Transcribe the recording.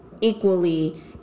equally